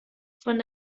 von